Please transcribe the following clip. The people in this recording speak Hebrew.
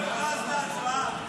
לא הכרזת "הצבעה".